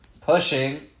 Pushing